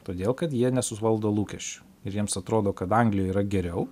todėl kad jie nesuvaldo lūkesčių ir jiems atrodo kad anglijoj yra geriau